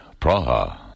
Praha